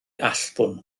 allbwn